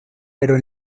pero